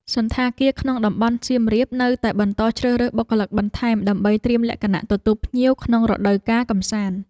សណ្ឋាគារក្នុងតំបន់សៀមរាបនៅតែបន្តជ្រើសរើសបុគ្គលិកបន្ថែម ដើម្បីត្រៀមលក្ខណៈទទួលភ្ញៀវក្នុងរដូវកាលកំសាន្ត។